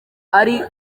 ari